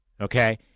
Okay